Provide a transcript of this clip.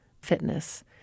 fitness